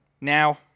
Now